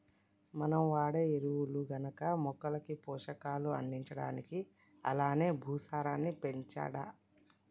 మనం వాడే ఎరువులు గనక మొక్కలకి పోషకాలు అందించడానికి అలానే భూసారాన్ని పెంచడా